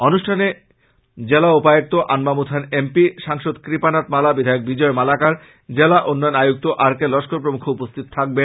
অনুষ্ঠানে জেলা উপায়ুক্ত আনবামুথান এম পি সাংসদ কৃপানাথ মালাহ বিধায়ক বিজয় মালাকার জেলা উন্নয়ন আয়ুক্ত আর কে লস্কর প্রমূখ উপস্থিত থাকবেন